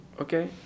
Okay